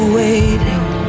waiting